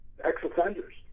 ex-offenders